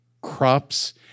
crops